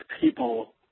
people –